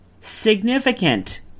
significant